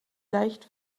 leicht